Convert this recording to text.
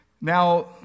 Now